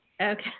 Okay